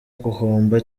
guhomba